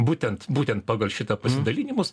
būtent būtent pagal šitą pasidalinimus